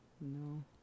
No